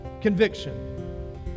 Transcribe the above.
conviction